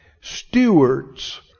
Stewards